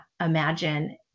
imagine